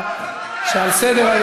ראש עיר.